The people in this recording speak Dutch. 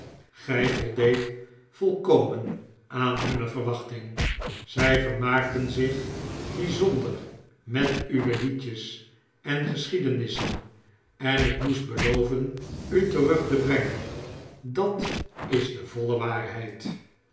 gy voldeedt volkomen aan hunne verwachting zh vermaakten zich bijzonder met uwe liedjes en geschiedenissen en ik moest beloven u terug te brengen dat is de voile waarheid